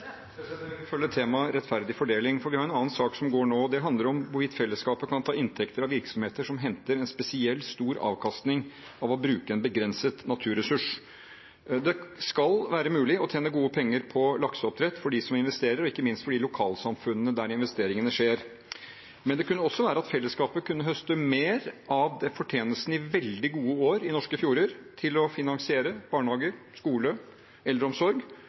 rettferdig fordeling, for vi har en annen sak som går nå. Det handler om hvorvidt fellesskapet kan ta inntekter av virksomheter som henter en spesielt stor avkastning av å bruke en begrenset naturressurs. Det skal være mulig å tjene gode penger på lakseoppdrett for dem som investerer, og ikke minst for de lokalsamfunnene der investeringene skjer. Men det kunne også være at fellesskapet kunne høste mer av fortjenesten i veldig gode år i norske fjorder til å